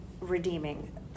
redeeming